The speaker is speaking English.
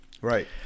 Right